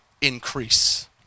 Increase